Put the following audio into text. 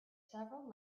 several